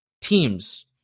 teams